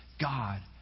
God